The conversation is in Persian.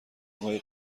قایق